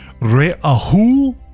re'ahu